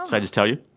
i just tell you?